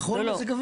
בכל מזג אוויר.